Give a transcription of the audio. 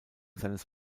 seines